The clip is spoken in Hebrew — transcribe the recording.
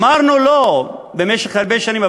אמרנו לא במשך הרבה שנים,